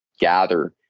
gather